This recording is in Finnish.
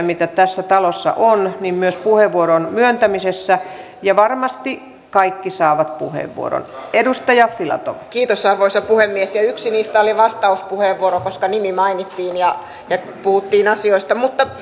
mutta tässä on paljon nyt tietysti pohdittu ja tietenkin yhtenä asiana myöskin kollega rehulan kanssa koko syksy tässä käyty läpi ja pohdittu mitä vaihtoehtoja meillä on kuinka me voisimme edes loiventaa niitä vaikutuksia